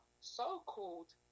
so-called